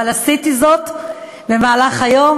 אבל עשיתי זאת במהלך היום.